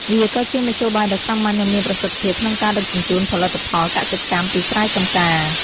វាក៏ជាមធ្យោបាយដ៏សាមញ្ញនិងមានប្រសិទ្ធភាពក្នុងការដឹកជញ្ជូនផលិតផលកសិកម្មពីស្រែចម្ការ។